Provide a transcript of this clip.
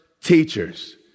teachers